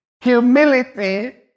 Humility